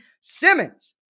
Simmons